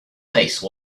face